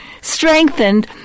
strengthened